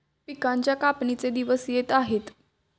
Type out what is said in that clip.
पिकांच्या कापणीचे दिवस येत आहेत